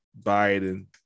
Biden